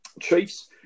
Chiefs